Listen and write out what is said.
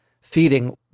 feeding